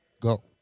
go